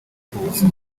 tubuze